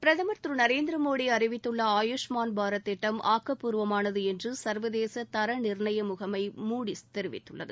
பிரதமர் திரு நரேந்திர மோடி அறிவித்துள்ள ஆயுஷ்மான் பாரத் திட்டம் ஆக்கப்பூர்வமானது என்று சர்வதேச தர நிர்ணய முகமை மூடிஸ் தெரிவித்துள்ளது